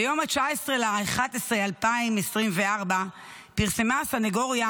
ביום 19 בנובמבר 2024 פרסמה הסניגוריה